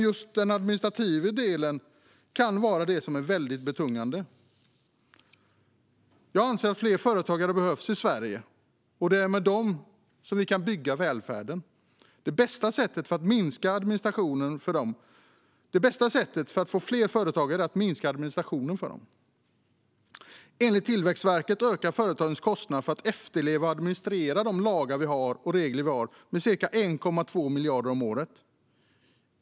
Just den administrativa delen kan vara väldigt betungande. Jag anser att fler företagare behövs i Sverige, och det är med dem vi kan bygga välfärden. Det bästa sättet att få fler företagare är att minska administrationen för dem. Enligt Tillväxtverket ökar företagens kostnader för att efterleva och administrera de lagar och regler vi har med ca 1,2 miljarder kronor om året.